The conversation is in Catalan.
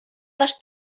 les